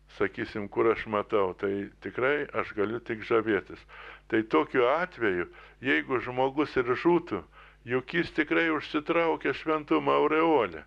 sakysim kur aš matau tai tikrai aš galiu tik žavėtis tai tokiu atveju jeigu žmogus ir žūtų juk jis tikrai užsitraukė šventumo aureolę